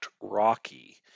Rocky